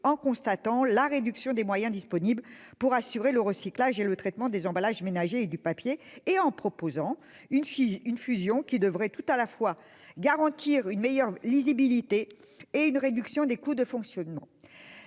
en constatant la réduction des moyens disponibles pour assurer le recyclage et le traitement des emballages ménagers et du papier et en proposant une fusion qui devrait garantir tout à la fois une meilleure lisibilité et une réduction des coûts de fonctionnement.